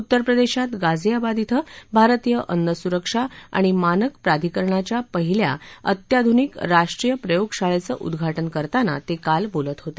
उत्तरप्रदेशात गाजियाबाद कुं भारतीय अन्न सुरक्षा आणि मानक प्राधिकरणाच्या पहिल्या अत्याधुनिक राष्ट्रीय प्रयोगशाळेचं उद्घाटन करताना ते काल बोलत होते